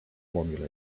formulate